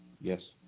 yes